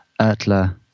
Ertler